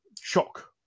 shock